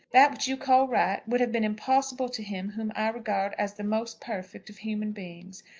that which you call right would have been impossible to him whom i regard as the most perfect of human beings.